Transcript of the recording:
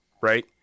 right